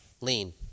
Lean